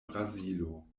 brazilo